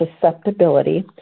susceptibility